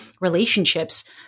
relationships